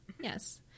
yes